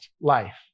life